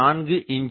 4 inch